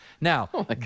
Now